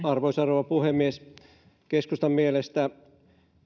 arvoisa rouva puhemies keskustan mielestä